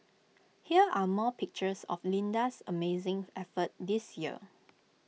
here are more pictures of Linda's amazing effort this year